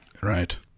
Right